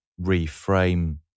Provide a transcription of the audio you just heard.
reframe